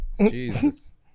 Jesus